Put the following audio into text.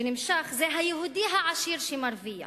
שנמשך, זה היהודי העשיר שמרוויח.